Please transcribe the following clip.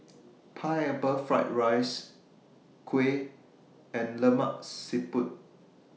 Pineapple Fried Rice Kuih and Lemak Siput